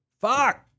Fuck